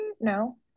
no